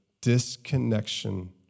Disconnection